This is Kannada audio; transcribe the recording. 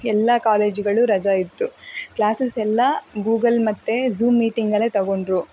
ಎಲ್ಲ ಕಾಲೇಜುಗಳು ರಜಾ ಇತ್ತು ಕ್ಲಾಸಸ್ ಎಲ್ಲ ಗೂಗಲ್ ಮತ್ತು ಝೂಮ್ ಮೀಟಿಂಗಲ್ಲೇ ತಗೊಂಡ್ರು